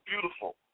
beautiful